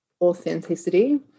authenticity